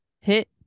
Hit